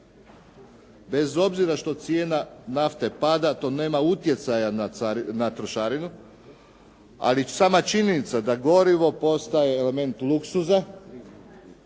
Bez obzira što cijena nafte pada to nema utjecaja na trošarinu, ali sama činjenica da gorivo postaje element luksuza,